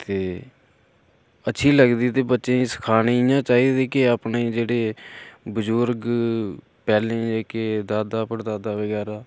ते अच्छी लगदी ते बच्चें गी सखानी इ'यां चाहिदी कि अपने जेह्ड़े बजुर्ग पैह्लें जेह्के दादा परदादा बगैरा